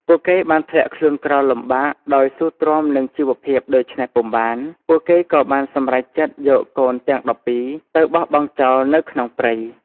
ពួកគេបានធ្លាក់ខ្លួនក្រលំបាកដោយស៊ូទ្រាំនឹងជីវភាពដូច្នេះពុំបាន ពួកគេក៏បានសម្រេចចិត្តយកកូនទាំង១២ទៅបោះបង់ចោលនៅក្នុងព្រៃ។